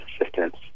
assistance